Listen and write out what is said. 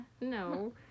No